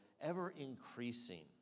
ever-increasing